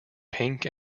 pink